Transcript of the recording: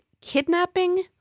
kidnapping